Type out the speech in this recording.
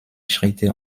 schritte